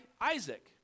Isaac